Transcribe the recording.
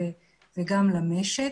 לציבור וגם למשק.